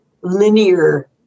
linear